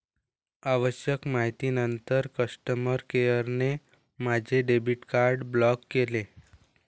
आवश्यक माहितीनंतर कस्टमर केअरने माझे डेबिट कार्ड ब्लॉक केले